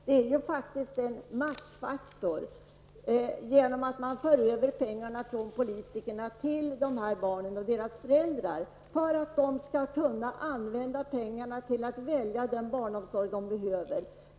Det är faktiskt en maktfaktor att man för över pengarna från politikerna till dessa barn och deras föräldrar för att de skall kunna använda pengarna till att välja den barnomsorg de behöver.